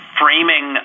framing